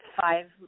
five